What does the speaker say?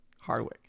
Hardwick